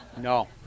No